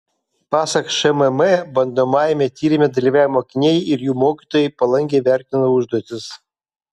pasak šmm bandomajame tyrime dalyvavę mokiniai ir jų mokytojai palankiai vertino užduotis